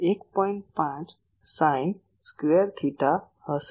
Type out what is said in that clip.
5 sine square theta હશે